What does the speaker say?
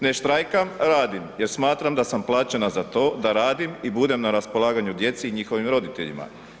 Ne štrajkam radim, jer smatram da sam plaćena za to da radim i budem na raspolaganju djeci i njihovim roditeljima.